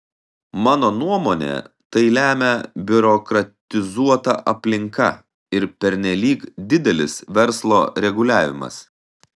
mano nuomone tai lemia biurokratizuota aplinka ir pernelyg didelis verslo reguliavimas